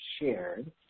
shared